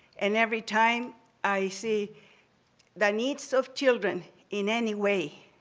and every time i see the needs of children in any way,